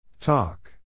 talk